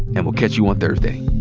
and we'll catch you on thursday.